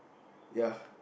ya